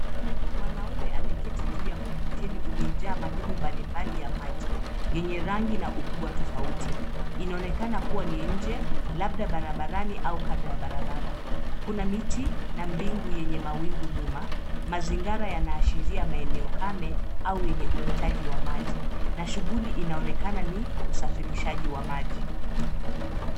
Mwanaume ameketi juu ya mkokoteni uliojaa madumu mbalimbali ya maji yenye rangi na ukubwa tofauti. Inaonekana kuwa ni nje labda barabarani au kando ya barabara. Kuna miti na mbingu yenye mawingu nyuma. Mazingara yanaashiria maeneo kame au yenye uhitaji wa maji, na shughuli inaonekana ni usafirishaji wa maji.